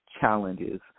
challenges